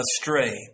astray